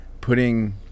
putting